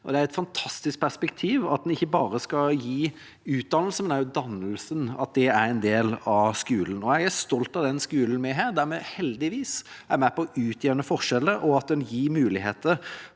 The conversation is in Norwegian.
Det er et fantastisk perspektiv, at en ikke bare skal gi utdannelse, men også dannelse, at det er en del av skolen. Jeg er stolt av den skolen vi har, der vi heldigvis er med på å utjevne forskjeller, og at den gir muligheter